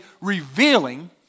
revealing